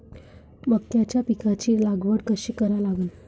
मक्याच्या पिकाची लागवड कशी करा लागन?